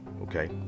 Okay